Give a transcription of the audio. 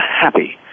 happy